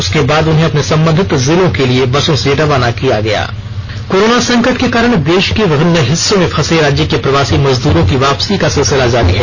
उसके बाद उन्हें अपने सम्बंधित जिलों के लिए बसों से विदा किया गयज्ञं कोरोना संकट के कारण देश के विभिन्न हिस्सों में फंसे राज्य के प्रवासी मजदूरों की वापसी का सिलसिला जारी रहा